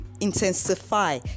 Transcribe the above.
intensify